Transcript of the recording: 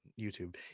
YouTube